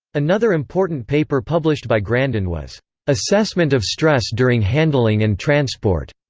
another important paper published by grandin was assessment of stress during handling and transport,